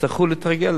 יצטרכו להתרגל.